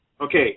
Okay